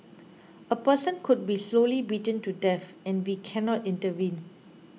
a person could be slowly beaten to death and we cannot intervene